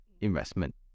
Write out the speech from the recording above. investment